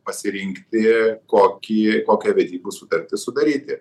pasirinkti kokį kokią vedybų sutartį sudaryti